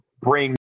bring